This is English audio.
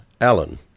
Allen